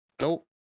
Nope